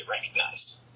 recognized